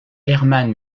herman